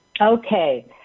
Okay